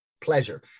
pleasure